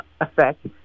effect